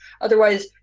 otherwise